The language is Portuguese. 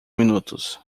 minutos